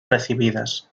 recibidas